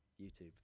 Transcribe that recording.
YouTube